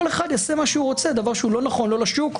כל אחד יעשה מה שהוא רוצה דבר שהוא לא נכון לא לשוק,